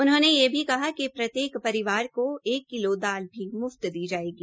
उन्होंने यह कहा कि प्रत्येक परिवार केा एक किलो दाल भी मुफ्त दी जायेगी